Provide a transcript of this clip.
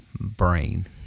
brain